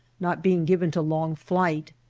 not being given to long flight.